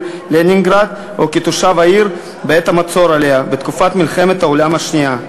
לנינגרד או כתושב העיר בעת המצור עליה בתקופת מלחמת העולם השנייה.